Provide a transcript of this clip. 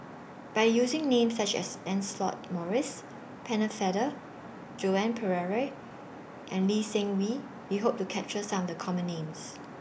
By using Names such as Lancelot Maurice Pennefather Joan Pereira and Lee Seng Wee We Hope to capture Some The Common Names